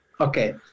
Okay